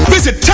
Visit